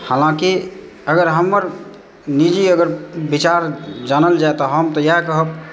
हालाँकि अगर हम्मर निजी अगर विचार जानल जाय तऽ हम तऽ इएह कहब